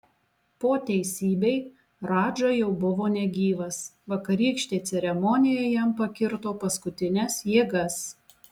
po teisybei radža jau buvo negyvas vakarykštė ceremonija jam pakirto paskutines jėgas